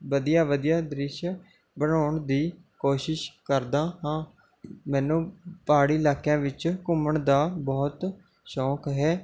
ਵਧੀਆ ਵਧੀਆ ਦ੍ਰਿਸ਼ ਬਣਾਉਣ ਦੀ ਕੋਸ਼ਿਸ਼ ਕਰਦਾ ਹਾਂ ਮੈਨੂੰ ਪਹਾੜੀ ਇਲਾਕਿਆਂ ਵਿੱਚ ਘੁੰਮਣ ਦਾ ਬਹੁਤ ਸ਼ੌਕ ਹੈ